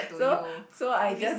so so I just